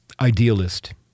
idealist